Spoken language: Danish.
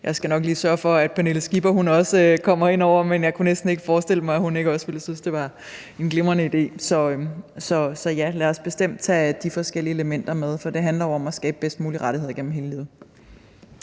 jeg skal nok lige sørge for, at Pernille Skipper kommer indover, men jeg kan næsten ikke forestille mig, at hun ikke også vil synes, at det er en glimrende idé. Så ja, lad os bestemt tage de forskellige elementer med, for det handler jo om at skabe bedst mulige rettigheder igennem hele livet.